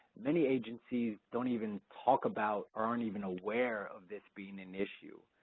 many agencies don't even talk about or aren't even aware of this being an issue.